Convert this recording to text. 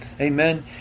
amen